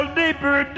deeper